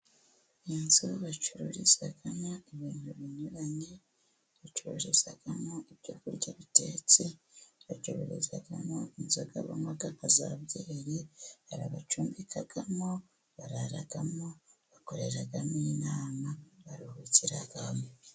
Inzu bacururizamo ibintu binyuranye, bacururizamo ibyo kurya bitetse, bacururizamo inzoga baywa za byeri, hari bacumbikamo, bararamo, bakoreramo inama, baruhukiramo.